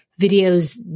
videos